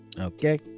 okay